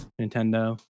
Nintendo